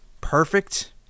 Perfect